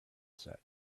said